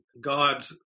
God's